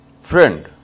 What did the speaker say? friend